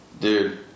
Dude